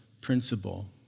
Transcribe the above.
principle